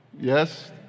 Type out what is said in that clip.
Yes